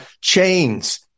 chains